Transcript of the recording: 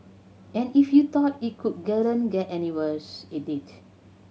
and if you thought it could any worse it did